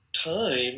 time